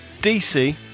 DC